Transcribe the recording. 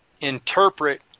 interpret